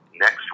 next